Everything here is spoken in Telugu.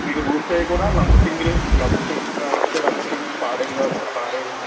మీకు రూమ్స్ అవి కూడా లంబసింగులో లంబసింగు కావలిస్తే లంబసింగు పాడేరు కావలిస్తే పాడేరు